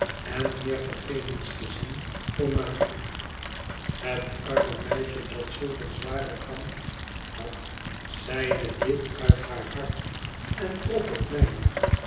en meer vergevensgezind voor ma het arme meisje dat zulk een zwaren kamp had zeide dit uit haar hart en trof het mijne